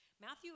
Matthew